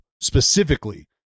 specifically